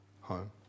home